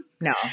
no